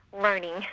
learning